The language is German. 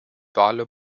wale